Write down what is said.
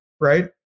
right